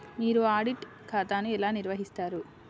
మీరు ఆడిట్ ఖాతాను ఎలా నిర్వహిస్తారు?